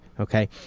okay